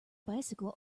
bicycle